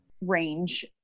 range